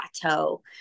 plateau